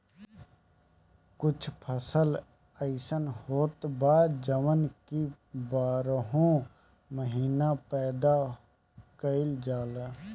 कुछ फसल अइसन होत बा जवन की बारहो महिना पैदा कईल जाला